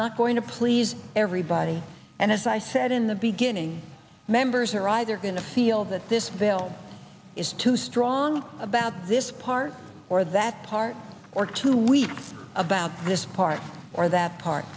not going to please everybody and as i said in the beginning members are either going to feel that this bill is too strong about this part or that part or two weeks about this part or that part